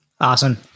Awesome